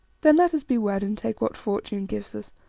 then let us be wed and take what fortune gives us.